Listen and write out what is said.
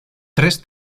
tres